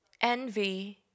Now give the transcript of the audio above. Envy